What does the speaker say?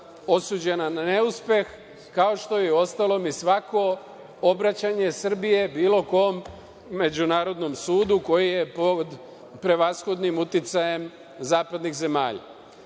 osuđena na neuspeh, kao što je, uostalom, i svako obraćanje Srbije bilo kom međunarodnom sudu koji je pod prevashodnim uticajem zapadnih zemalja. Molim